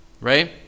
Right